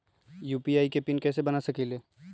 UPI के PIN कैसे बना सकीले?